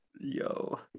Yo